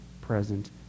present